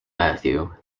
matthew